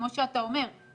כמו שאתה אומר,